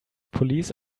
police